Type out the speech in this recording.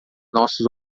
nossos